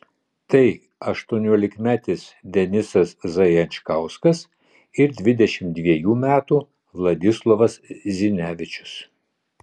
tai aštuoniolikmetis denisas zajančkauskas ir dvidešimt dvejų metų vladislovas zinevičius